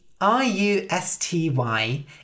R-U-S-T-Y